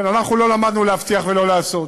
אנחנו לא למדנו להבטיח ולא לעשות.